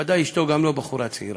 ודאי אשתו גם היא לא בחורה צעירה,